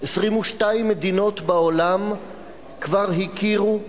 22 מדינות בעולם כבר הכירו,